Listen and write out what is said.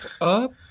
up